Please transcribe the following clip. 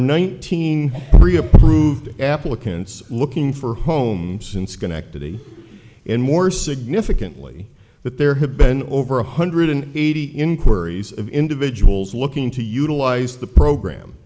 nineteen pre approved applicants looking for homes in schenectady and more significantly that there have been over one hundred eighty inquiries of individuals looking to utilize the program